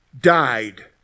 died